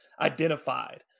identified